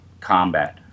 combat